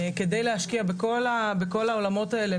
כדי להשקיע בכל העולמות האלה,